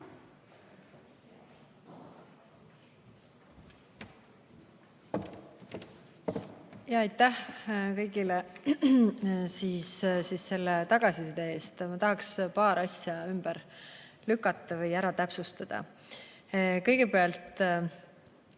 Aitäh kõigile selle tagasiside eest! Ma tahaks paar asja ümber lükata või ära täpsustada. Kõigepealt,